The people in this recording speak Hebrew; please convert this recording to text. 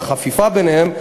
והחפיפה שלהם,